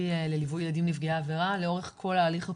לליווי ילדים נפגעי עבירה לאורך כל ההליך הפלילי.